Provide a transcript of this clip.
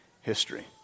history